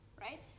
right